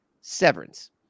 Severance